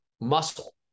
muscle